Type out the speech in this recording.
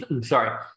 sorry